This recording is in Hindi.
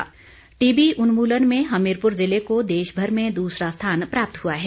अनुराग ठाकुर टीबी उन्मूलन में हमीरपुर जिले को देश भर में दूसरा स्थान प्राप्त हुआ है